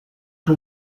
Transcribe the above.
que